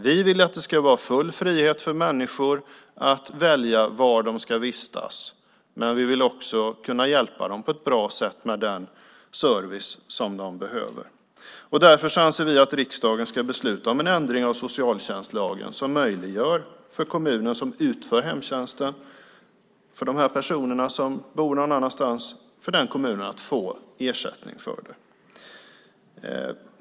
Vi vill att det ska vara full frihet för människor att välja var de ska vistas, men vi vill också kunna hjälpa dem på ett bra sätt med den service som de behöver. Därför anser vi att riksdagen ska besluta om en ändring av socialtjänstlagen som möjliggör för kommunen som utför hemtjänsten för dessa personer som bor någon annanstans att få ersättning för det.